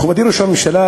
מכובדי ראש הממשלה,